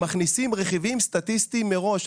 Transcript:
הם מכניסים רכיבים סטטיסטיים מראש.